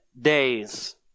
days